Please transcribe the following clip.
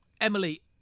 Emily